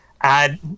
add